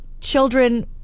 children